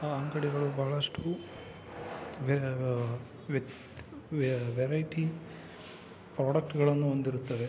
ಆ ಅಂಗಡಿಗಳು ಬಹಳಷ್ಟು ವೆರೈಟಿ ಪ್ರೋಡಕ್ಟ್ಗಳನ್ನು ಹೊಂದಿರುತ್ತದೆ